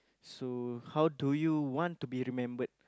so how do you want to be remembered